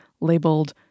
labeled